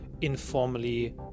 informally